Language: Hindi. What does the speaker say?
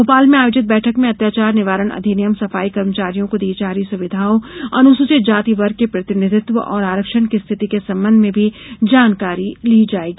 भोपाल में आयोजित बैठक में अत्याचार निवारण अधिनियम सफाई कर्मचारियों को दी जा रही सुविधाओं अनुसूचित जाति वर्ग को प्रतिनिधित्व और आरक्षण की स्थिति के संबंध में भी जानकारी ली जायेगी